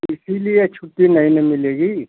इसीलिए छुट्टी नहीं न मिलेगी